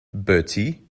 bertie